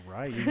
Right